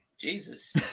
jesus